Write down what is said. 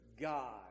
God